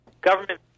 government